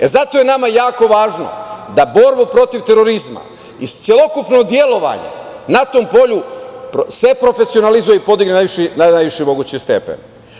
E, zato je nama jako važno da borbu protiv terorizma i celokupno delovanje na tom polju se profesionalizuje i podigne na najviši mogući stepen.